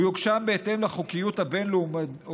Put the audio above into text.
והוא יוגשם בהתאם לחוקיות הבין-לאומית